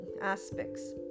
aspects